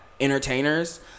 entertainers